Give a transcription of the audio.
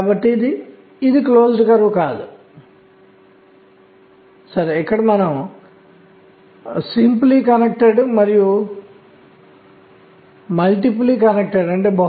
కాబట్టి పరమాణు నిర్మాణంలో మనకు n స్థాయి k స్థాయి మరియు m స్థాయి ఉండేది